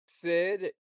Sid